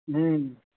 हुँ